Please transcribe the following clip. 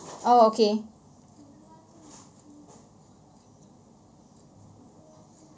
oh okay